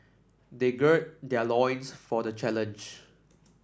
they gird their loins for the challenge